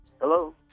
Hello